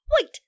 Wait